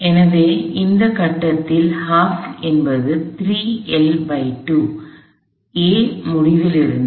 எனவே இந்த கட்டத்தில் என்பது A முடிவிலிருந்து